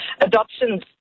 adoptions